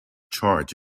charge